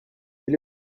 quel